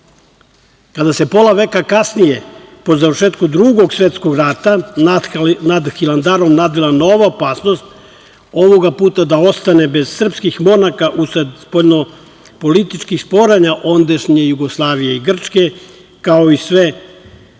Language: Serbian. se pola veka kasnije, po završetku Drugog svetskog rata, nad Hilandarom nadvila nova opasnost, ovoga puta da ostane bez srpskih monaha usled spoljno-političkih sporenja ondašnje Jugoslavije i Grčke, kao i sve prisutne